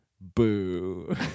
boo